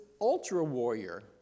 ultra-warrior